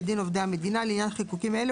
כדין עובדי המדינה לעניין חיקוקים אלה